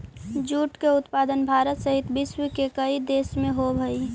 jute के उत्पादन भारत सहित विश्व के कईक देश में होवऽ हइ